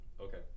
Okay